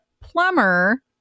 plumber